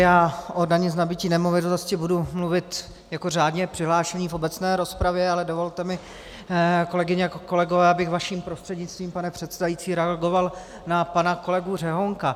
Já o dani z nabytí nemovitosti budu mluvit jako řádně přihlášený v obecné rozpravě, ale dovolte mi, kolegyně, kolegové, abych vaším prostřednictvím, pane předsedající, reagoval na pana kolegu Řehounka.